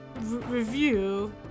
review